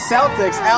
Celtics